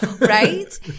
Right